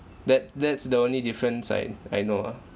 that that's the only difference I kn~ I know ah